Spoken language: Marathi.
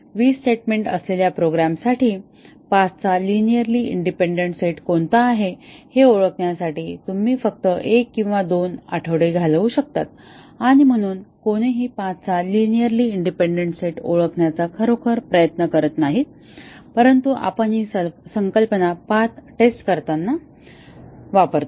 20 स्टेटमेंट असलेल्या प्रोग्रामसाठी पाथ चा लिनिअरली इंडिपेंडन्ट सेट कोणता आहे हे ओळखण्यासाठी तुम्ही फक्त 1 किंवा 2 आठवडे घालवू शकता आणि म्हणून कोणीही पाथ चा लिनिअरली इंडिपेंडन्ट सेट ओळखण्याचा खरोखर प्रयत्न करत नाही परंतु आपण ही संकल्पना पाथ टेस्ट करताना वापरतो